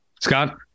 Scott